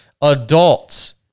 adults